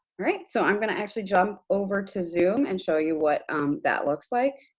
alright, so i'm going to actually jump over to zoom and show you what that looks like.